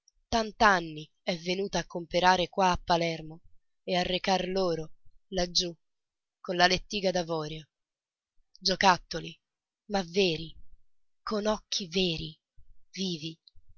tant'anni è venuta a comperare qua a palermo e a recar loro laggiù con la lettiga d'avorio giocattoli ma veri con occhi veri vivi